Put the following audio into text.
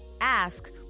Ask